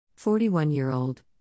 41-year-old